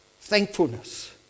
thankfulness